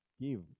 give